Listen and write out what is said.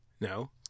No